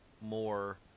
more